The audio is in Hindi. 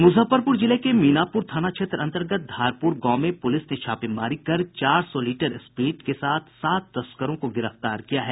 मुजफ्फरपुर जिले के मीनापुर थाना क्षेत्र अन्तर्गत धारपुर गांव में पुलिस ने छापेमारी कर चार सौ लीटर स्प्रीट के साथ सात तस्करों को गिरफ्तार किया है